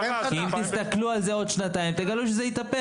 אם אתם תסתכלו על זה בעוד שנתיים אתם תגלו שזה יתהפך